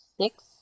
Six